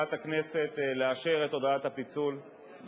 ממליאת הכנסת לאשר את הודעת הפיצול בהצבעתכם.